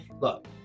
Look